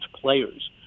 Players